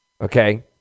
okay